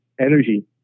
energy